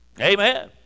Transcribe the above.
Amen